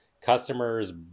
customers